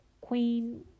queen